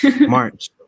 March